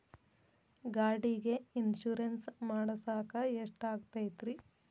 ಗಾಡಿಗೆ ಇನ್ಶೂರೆನ್ಸ್ ಮಾಡಸಾಕ ಎಷ್ಟಾಗತೈತ್ರಿ?